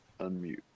unmute